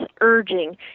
urging